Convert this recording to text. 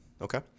Okay